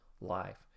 life